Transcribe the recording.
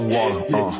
one